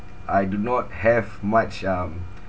I do not have much um